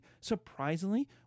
surprisingly